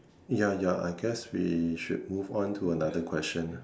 ya ya I guess we should move on to another question